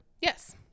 Yes